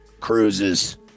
cruises